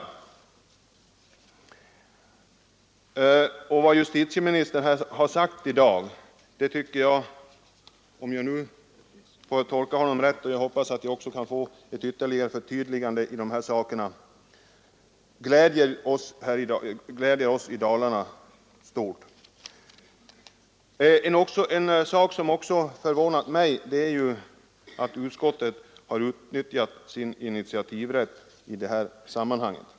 Om jag tolkat justitieministerns anförande rätt — jag hoppas dock på ett ytterligare förtydligande i dessa frågor — kommer det att bringa glädje i Dalarna. En sak som också förvånat mig är att utskottet utnyttjat sin initiativrätt i detta sammanhang.